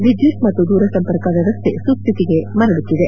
ವಿದ್ಯುತ್ ಮತ್ತು ದೂರ ಸಂಪರ್ಕ ವ್ಯವಸ್ಥೆ ಸುಸ್ಥಿತಿಗೆ ಮರಳುತ್ತಿದೆ